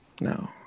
no